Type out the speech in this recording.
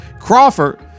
Crawford